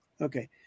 Okay